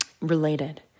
related